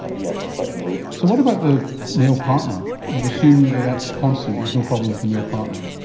ah yes, are quite low. so what about the male partner? you've assumed that that's constant, there's no problem with the male partner?